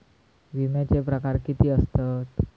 विमाचे प्रकार किती असतत?